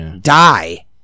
die